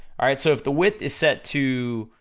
alright? so if the width is set to,